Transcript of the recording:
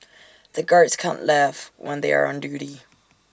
the guards can't laugh when they are on duty